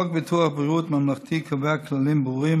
חוק ביטוח בריאות ממלכתי קובע כללים ברורים